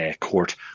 Court